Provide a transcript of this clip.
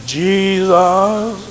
jesus